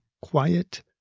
quiet